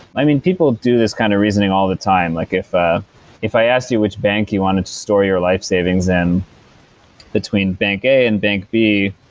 i mean, people do this kind of reasoning all the time. like if ah if i asked you which bank you wanted to store your life savings between bank a and bank b,